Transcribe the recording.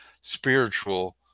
spiritual